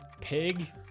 Pig